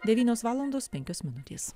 devynios valandos penkios minutės